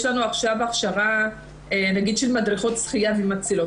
יש לנו עכשיו הכשרה של מדריכות שחייה ומצילות.